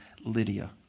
Lydia